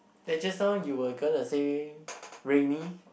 then just now you were gonna say rainy